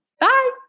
Bye